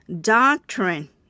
doctrine